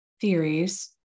theories